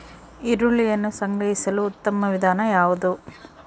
ಈರುಳ್ಳಿಯನ್ನು ಸಂಗ್ರಹಿಸಲು ಉತ್ತಮ ವಿಧಾನ ಯಾವುದು?